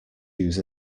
use